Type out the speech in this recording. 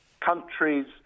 countries